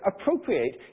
appropriate